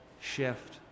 shift